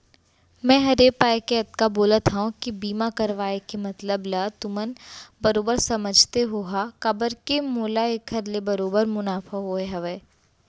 मैं हर ए पाय के अतका बोलत हँव कि बीमा करवाय के मतलब ल तुमन बरोबर समझते होहा काबर के मोला एखर ले बरोबर मुनाफा होय हवय